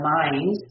mind